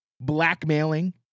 blackmailing